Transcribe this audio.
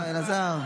אלעזר, אלעזר.